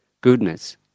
goodness